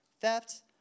theft